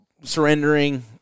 surrendering